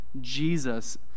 Jesus